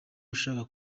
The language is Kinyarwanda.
ushaka